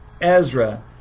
Ezra